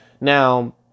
Now